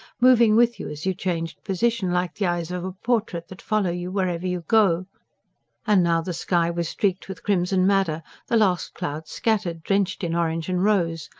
moving with you as you changed position, like the eyes of a portrait that follow you wherever you go and now the sky was streaked with crimson-madder the last clouds scattered, drenched in orange and rose,